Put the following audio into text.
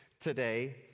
today